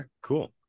cool